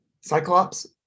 Cyclops